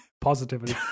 positivity